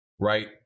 right